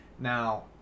Now